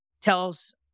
tells